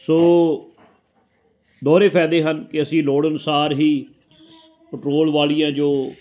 ਸੋ ਦੋਹਰੇ ਫਾਇਦੇ ਹਨ ਕਿ ਅਸੀਂ ਲੋੜ ਅਨੁਸਾਰ ਹੀ ਪੈਟਰੋਲ ਵਾਲੀਆਂ ਜੋ